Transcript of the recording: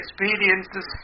experiences